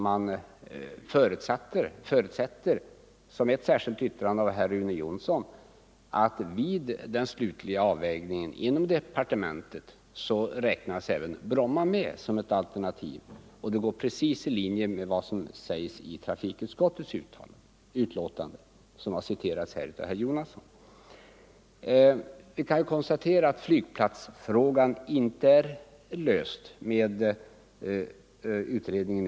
Man förutsätter därför, som sägs i ett särskilt yttrande av herr Rune Jonsson, att även Bromma tas med som ett alternativ i den slutliga avvägningen inom departementet. Det går precis i linje med vad som sägs i trafikutskottets betänkande, som herr Jonasson har citerat. Vi kan konstatera att flygplatsfrågan inte har lösts av ULF-utredningen.